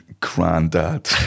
granddad